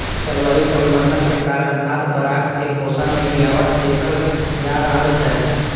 जलवायु परिवर्तन के कारण खाद्य पदार्थक पोषण मे गिरावट देखल जा रहल छै